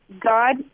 God